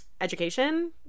education